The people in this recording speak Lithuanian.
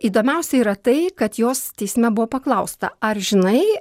įdomiausia yra tai kad jos teisme buvo paklausta ar žinai